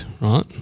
right